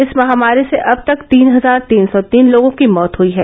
इस महामारी से अब तक तीन हजार तीन सौ तीन लोगों की मौत हुई है